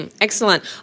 Excellent